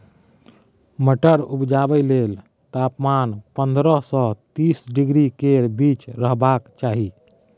मटर उपजाबै लेल तापमान पंद्रह सँ तीस डिग्री केर बीच रहबाक चाही